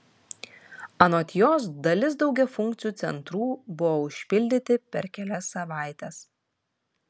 anot jos dalis daugiafunkcių centrų buvo užpildyti per kelias savaites